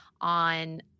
on